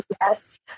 Yes